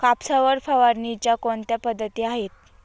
कापसावर फवारणीच्या कोणत्या पद्धती आहेत?